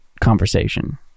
conversation